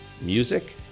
Music